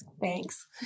Thanks